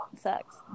sucks